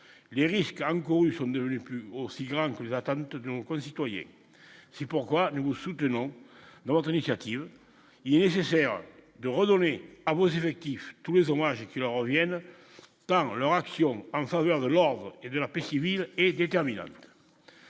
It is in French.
les risques encourus sont devenus plus aussi grand, il va tente donc concitoyens, c'est pourquoi nous soutenons notre initiative il nécessaire de redonner à vos effectifs tous les hommes âgés qui leur reviennent par leur action en faveur de l'ordre et de la paix civile et la